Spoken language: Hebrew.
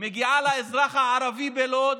מגיעה לאזרח הערבי בלוד